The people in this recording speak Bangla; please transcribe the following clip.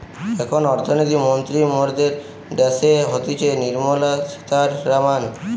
এখন অর্থনীতি মন্ত্রী মরদের ড্যাসে হতিছে নির্মলা সীতারামান